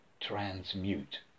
transmute